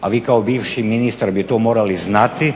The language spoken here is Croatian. a vi kao bivši ministar bi to morali znati,